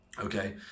okay